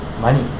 money